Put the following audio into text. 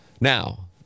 Now